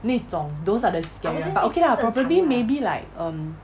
那种 those are the scary but okay lah probably maybe like um